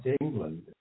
England